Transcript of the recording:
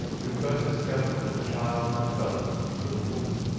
who first discovered that the child had developed into the woman.